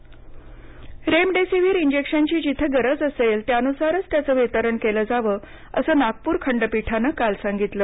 remdesivir remdesivir इंजेक्शनची जिथं गरज असेल त्यानुसार त्याचं वितरण केलं जावं असं नागप्र खंडपीठानं काल सांगितलं